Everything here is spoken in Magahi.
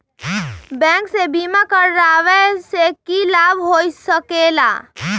बैंक से बिमा करावे से की लाभ होई सकेला?